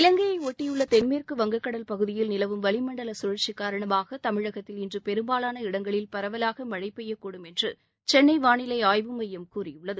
இவங்கையை ஒட்டியுள்ள தென்மேற்கு வங்கக் கடல் பகுதியில் நிலவும் வளிமண்டல கழற்சி காரணமாக தமிழகத்தில் இன்று பெரும்பாலான இடங்களில் பரவலாக மழை பெய்யக்கூடும் என்று சென்னை வானிலை ஆய்வு மையம் கூறியுள்ளது